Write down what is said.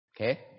okay